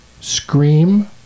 scream